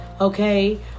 okay